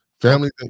Families